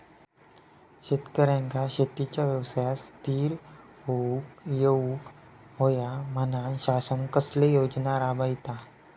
शेतकऱ्यांका शेतीच्या व्यवसायात स्थिर होवुक येऊक होया म्हणान शासन कसले योजना राबयता?